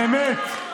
באמת.